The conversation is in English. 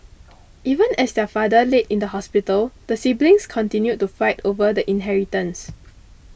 even as their father laid in the hospital the siblings continued to fight over the inheritance